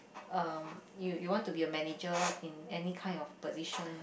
uh you you want to be a manager in any kind of position